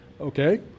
Okay